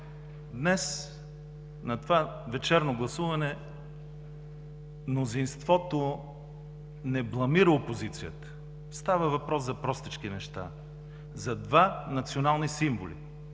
Днес на това вечерно гласуване мнозинството не бламира опозицията. Става въпрос за простички неща – за два национални символа,